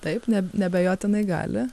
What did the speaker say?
taip ne neabejotinai gali